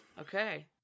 Okay